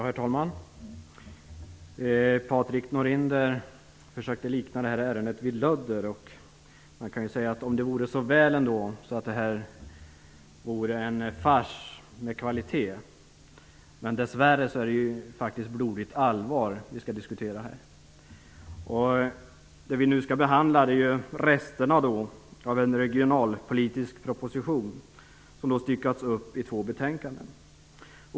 Herr talman! Patrik Norinder försökte likna detta ärende vid TV-serien Lödder. Om det ändå vore så väl, att detta var en fars med kvalitet. Dessvärre är det blodigt allvar som vi skall diskutera. Det vi nu skall behandla är resterna av en regionalpolitisk proposition som har styckats upp i två betänkanden.